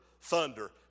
thunder